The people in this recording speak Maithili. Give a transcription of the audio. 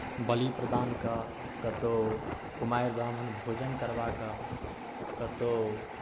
बलिप्रदानके कतहु कुमारि ब्राह्मण भोजन करबाक कतहु